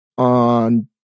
on